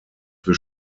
für